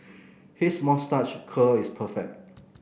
his moustache curl is perfect